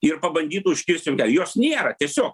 ir pabandytų užkirst jom kelią jos nėra tiesiog